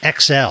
XL